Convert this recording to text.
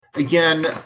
again